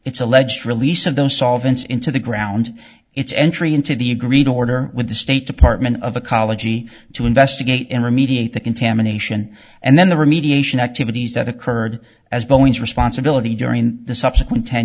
it's alleged release of those solvents into the ground it's entry into the agreed order with the state department of ecology to investigate him or mediate the contamination and then the remediation activities that occurred as boeing's responsibility during the subsequent ten